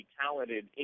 talented